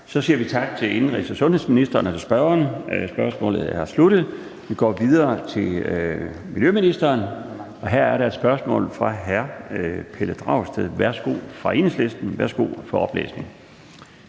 Så siger vi tak til indenrigs- og sundhedsministeren og til spørgeren. Spørgsmålet er sluttet. Vi går videre til miljøministeren. Her er der et spørgsmål fra hr. Pelle Dragsted fra Enhedslisten. Kl. 13:18 Spm. nr.